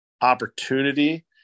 opportunity